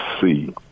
see